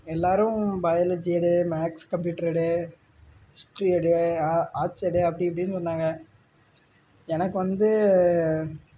எல்லோரும் பயாலஜி எடு maths computer எடு ஹிஸ்ட்ரி எடு ஆர்ட்ஸ் எடு அப்படி இப்படின்னு சொன்னாங்க எனக்கு வந்து